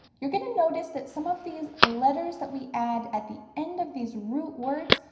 you're going to notice that some of these letters that we add at the end of these root words,